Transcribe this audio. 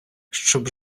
щоб